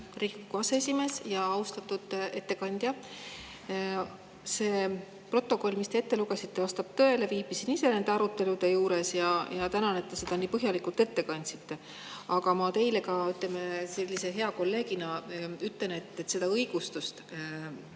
Riigikogu aseesimees! Austatud ettekandja! See protokoll, mis te ette lugesite, vastab tõele. Viibisin ise nende arutelude juures ja tänan, et te seda nii põhjalikult ette kandsite. Aga ma teile, ütleme, hea kolleegina ütlen, et see õigustus,